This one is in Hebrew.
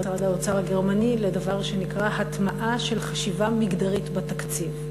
האוצר הגרמני לדבר שנקרא הטמעה של חשיבה מגדרית בתקציב.